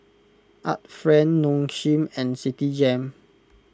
Art Friend Nong Shim and Citigem